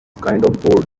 kind